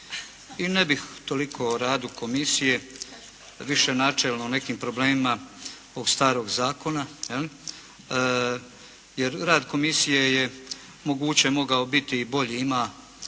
I ne bih toliko o radu komisije. Više načelno o nekim problemima ovog starog zakona. Jer rad komisije je moguće mogao biti i bolji. Ima